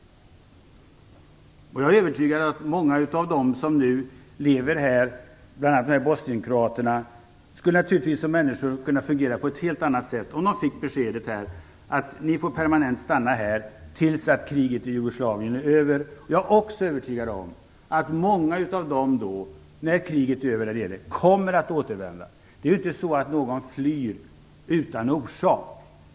Jag är övertygad om att många av dem som nu lever här, bl.a. många bosnienkroater, skulle kunna agera på ett helt annat sätt om de fick beskedet att de permanent får stanna här tills kriget är över. Jag är också övertygad om att många av dem, när kriget är över, kommer att återvända. Det är inte så att någon flyr utan orsak.